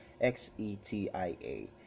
X-E-T-I-A